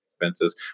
expenses